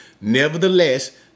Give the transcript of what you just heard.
nevertheless